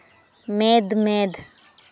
ᱢᱮᱫ ᱢᱮᱫ